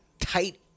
tight